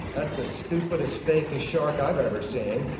that's the stupidest, fakest shark i've ever seen!